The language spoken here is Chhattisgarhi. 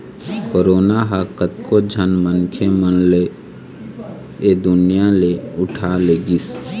करोना ह कतको झन मनखे मन ल ऐ दुनिया ले उठा लेगिस